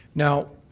now,